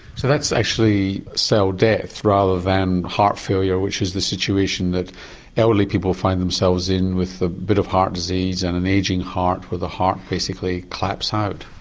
so that's actually cell death rather than heart failure which is the situation that elderly people find themselves in with a bit of heart disease and an ageing heart where the heart basically claps out.